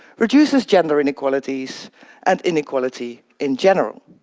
reduces gender inequalities and inequality in general.